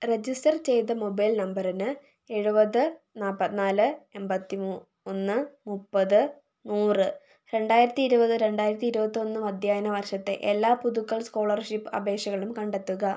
register ചെയ്ത mobile നമ്പറിന് എഴുപത് നാൽപത്തിനാല് എൺപത്തി മൂ ഒന്ന് മുപ്പത് നൂറ് രണ്ടായിരത്തി ഇരുപത് രണ്ടായിരത്തി ഇരുപത്തൊന്ന് അധ്യയന വർഷത്തെ എല്ലാ പുതുക്കൽ സ്കോളർഷിപ്പ് അപേക്ഷകളും കണ്ടെത്തുക